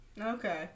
Okay